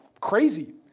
crazy